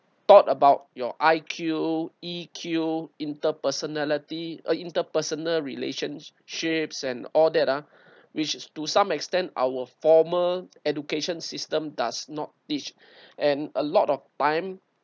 thought about your I_Q E_Q inter personality uh interpersonal relationships and all that ah which is to some extent our formal education system does not teach and a lot of time